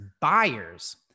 buyers